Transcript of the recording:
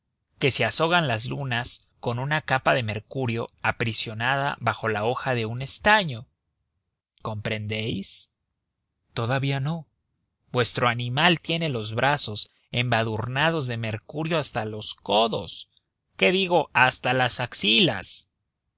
que se azogan las lunas con una capa de mercurio aprisionada bajo una hoja de estaño comprendéis todavía no vuestro animal tiene los brazos embadurnados de mercurio hasta los codos qué digo hasta las axilas